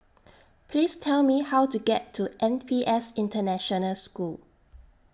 Please Tell Me How to get to N P S International School